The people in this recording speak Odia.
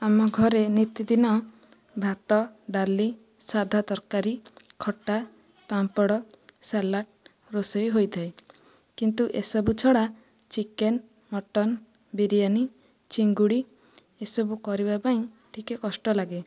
ଆମ ଘରେ ନିତିଦିନ ଭାତ ଡ଼ାଲି ସାଧା ତରକାରୀ ଖଟା ପାମ୍ପଡ଼ ସାଲାଡ଼ ରୋଷେଇ ହୋଇଥାଏ କିନ୍ତୁ ଏସବୁ ଛଡ଼ା ଚିକେନ୍ ମଟନ୍ ବିରିୟାନୀ ଚିଙ୍ଗୁଡ଼ି ଏସବୁ କରିବା ପାଇଁ ଟିକିଏ କଷ୍ଟ ଲାଗେ